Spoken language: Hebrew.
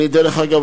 אגב,